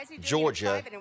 Georgia